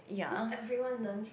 not everyone learns right